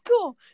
cool